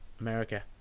America